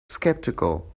skeptical